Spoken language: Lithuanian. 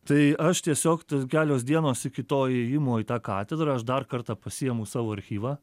tai aš tiesiog kelios dienos iki to ėjimo į tą katedrą aš dar kartą pasiimu savo archyvą